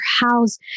house